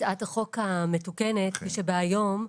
הצעת החוק המתוקנת כפי שבאה היום,